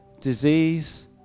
disease